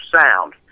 sound